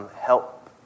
help